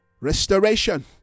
restoration